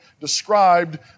described